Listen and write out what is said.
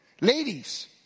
Ladies